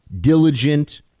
diligent